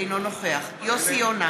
אינו נוכח יוסי יונה,